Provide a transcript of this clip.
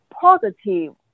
positive